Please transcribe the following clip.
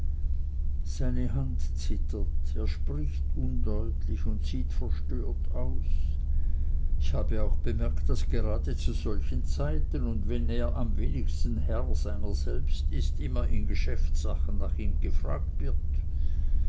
seine hand zittert er spricht undeutlich und sieht verstört aus ich habe auch bemerkt daß gerade zu solchen zeiten und wenn er am wenigsten herr seiner selbst ist immer in geschäftssachen nach ihm gefragt wird